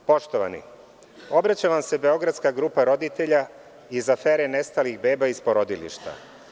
Poštovani, obraća vam se beogradska grupa roditelja iz afere nestalih beba iz porodilišta.